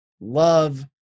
love